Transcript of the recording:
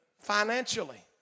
financially